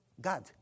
God